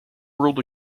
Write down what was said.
ruled